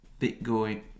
Bitcoin